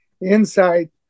Inside